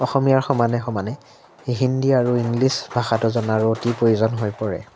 অসমীয়াৰ সমানে সমানে সেই হিন্দী আৰু ইংলিছ ভাষাটো জনাৰো অতি প্ৰয়োজন হৈ পৰে